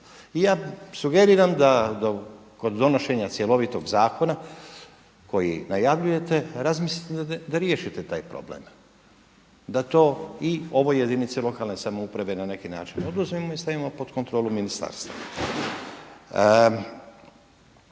I ja sugeriram da kod donošenja cjelovitog zakona koji najavljujete razmislite da riješite taj problem, da to i ovoj jedinici lokalne samouprave na neki način oduzmemo i stavimo pod kontrolu ministarstva.